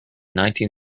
nineteen